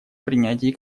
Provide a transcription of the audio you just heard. принятии